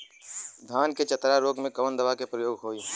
धान के चतरा रोग में कवन दवा के प्रयोग होई?